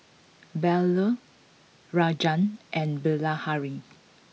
Bellur Rajan and Bilahari